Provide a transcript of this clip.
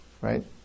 Right